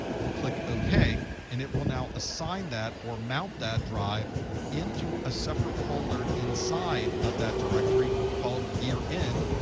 we'll click ok. and it will now assign that or mount that drive into a separate folder inside of that directory called year end.